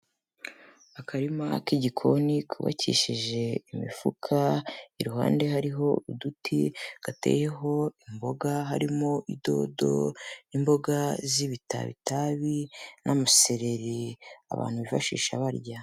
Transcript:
Akarima k'igikoni kubakishije imifuka, iruhande hariho uduti, gateyeho imboga harimo idodo, imboga z'ibitabitabi n'amasereri abantu bifashisha barya.